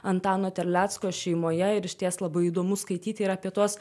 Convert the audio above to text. antano terlecko šeimoje ir išties labai įdomu skaityti ir apie tuos